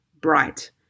bright